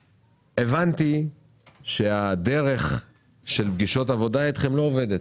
הבנתי שהדרך של פגישות עבודה איתכם לא עובדת,